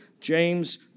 James